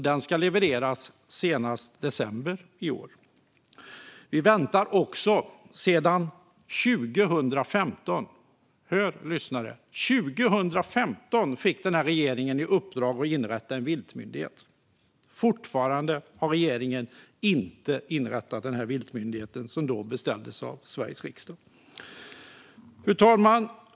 Den ska levereras senast i december i år. Och hör på detta, ni som lyssnar: År 2015 fick den här regeringen i uppdrag av Sveriges riksdag att inrätta en viltmyndighet, och fortfarande har den inte inrättat en sådan. Vi har väntat sedan 2015. Fru talman!